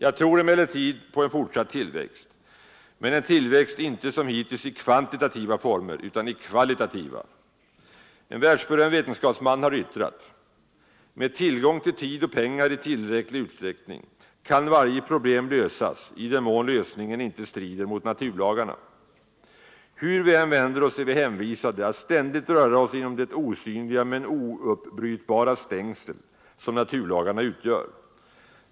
Jag tror på en fortsatt tillväxt, men en tillväxt inte som hittills i kvantitativa former utan i kvalitativa. En världsberömd vetenskapsman har yttrat: ”Med tillgång till tid och pengar i tillräcklig utsträckning kan varje problem lösas i den mån lösningen inte strider mot naturlagarna.” Hur vi än vänder oss är vi hänvisade att ständigt röra oss inom det osynliga men ouppbrytbara stängsel som naturlagarna utgör.